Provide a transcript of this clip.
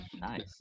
Nice